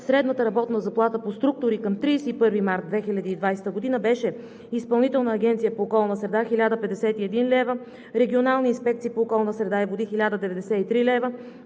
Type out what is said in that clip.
средната работна заплата по структури към 31 март 2020 г. беше: Изпълнителна агенция по околна среда – 1051 лв., регионални инспекции по околната среда и водите